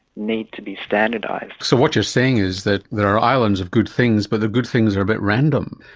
need to be standardised. so what you're saying is that there are islands of good things but the good things are a bit random.